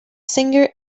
singer